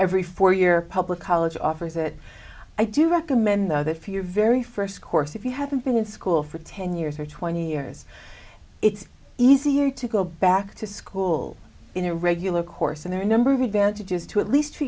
every four year public college offers it i do recommend that for your very first course if you haven't been in school for ten years or twenty years it's easier to go back to school in a regular course and there are number of advantages to at least